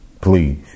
Please